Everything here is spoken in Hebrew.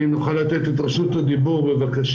אני יודע שהדבר הזה קיים בהרבה מדינות בעולם.